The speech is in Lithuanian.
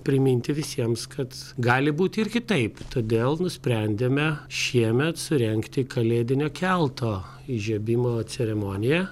priminti visiems kad gali būti ir kitaip todėl nusprendėme šiemet surengti kalėdinę kelto įžiebimo ceremoniją